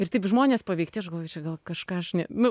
ir taip žmonės paveikti žmonių čia gal kažką žinai nu